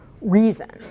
reason